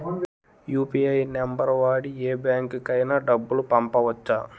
UPI number వాడి యే బ్యాంకుకి అయినా డబ్బులు పంపవచ్చ్చా?